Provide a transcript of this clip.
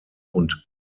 und